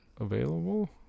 available